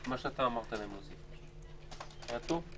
את מה שאתה אמרת להם להוסיף, היה טוב?